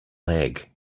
lag